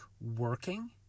working